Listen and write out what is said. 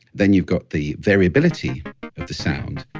then you've got the variability of the sound.